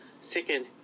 Second